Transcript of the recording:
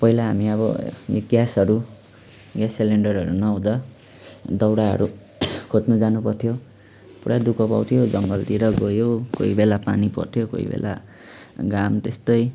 पहिला हामी अब यो ग्यासहरू ग्यास सिलिन्डरहरू नहुँदा दाउराहरू खोज्नु जानुपर्थ्यो पुरा दुख पाउँथ्यौँ जङ्गलतिर गयो कोही बेला पानी पर्थ्यो कोही बेला घाम त्यस्तै